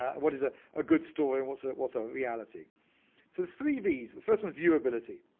what is ah a good story and what's ah what's ah a reality. so the three v's, the first one viewability